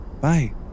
Bye